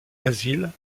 asile